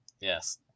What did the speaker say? Yes